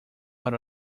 out